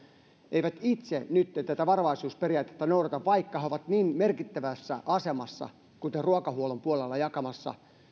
eivät itse nytten tätä varovaisuusperiaatetta noudata vaikka he ovat niin merkittävässä asemassa kuin ruokahuollon puolella jakamassa